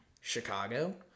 Chicago